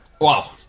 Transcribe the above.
Wow